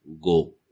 go